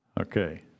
Okay